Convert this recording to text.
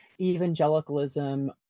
evangelicalism